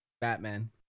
Batman